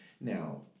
Now